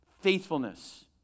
Faithfulness